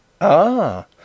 Ah